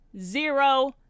Zero